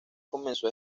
comenzó